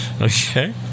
Okay